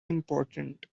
important